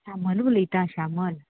शामल उलयतां शामल